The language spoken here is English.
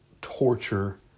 torture